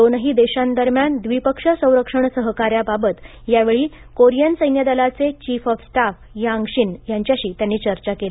दोनही देशांदरम्यान द्विपक्षीय संरक्षण सहकार्याबाबत यावेळी कोरिअन सैन्यदलाचे chief of staff Yang Shin यांच्याशी चर्चा झाली